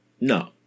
No